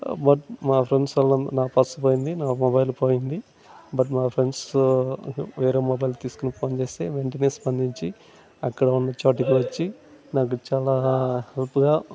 but మా friends వాళ్ళంతా నా పర్స్ పోయింది నా మొబైల్ పోయింది బట్ నా ఫ్రెండ్స్ వేరే మొబైల్ తీస్కుని ఫోన్ చేస్తే వెంటనే స్పందించి అక్కడ ఉన్న చోటకి వచ్చి నాకు చాలా హెల్ప్గా